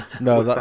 No